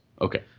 Okay